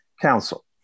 council